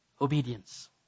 Obedience